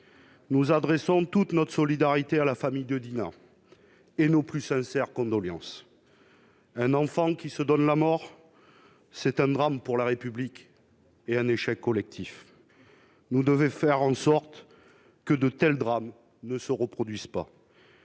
Nous adressons toute notre solidarité à sa famille ainsi que nos plus sincères condoléances. Un enfant qui se donne la mort, c'est un drame pour la République et c'est un échec collectif. Nous devons faire en sorte que de tels drames ne se reproduisent pas.